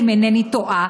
אם אינני טועה,